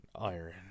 Iron